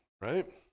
right